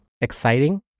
exciting